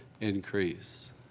increase